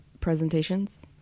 presentations